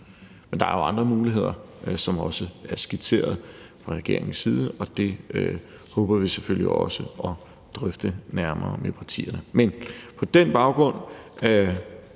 Men der er jo andre muligheder, som også er skitseret fra regeringens side, og det håber vi selvfølgelig også at drøfte nærmere med partierne. På den baggrund